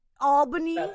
Albany